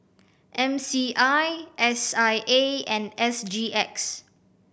M C I S I A and S G X